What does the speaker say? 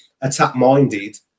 attack-minded